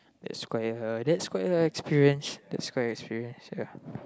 that's quite a that's quite a experience that's quite a experience ya